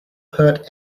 hurt